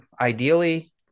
ideally